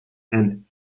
and